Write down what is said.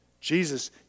Jesus